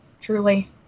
truly